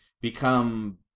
become